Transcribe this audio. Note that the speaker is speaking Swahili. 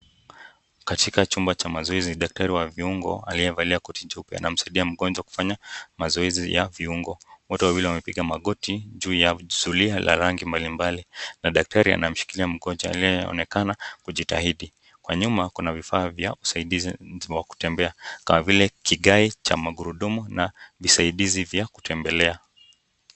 Katika chumba cha mazoezi Daktari wa vungi anamsaidia mginjwa kufanya mazoezi yake ya viungo. Wote wawili wamepiga magoti kwa sulia ya rangi mbali mbali na daktari anamshikilia. Mgonjwa anaonekana kujitahidi. Kwa nyuma kuna vifaa vya usaidizi vya kutembea kama vile kigai cha magurudumu na visaidizi vya kutembelea.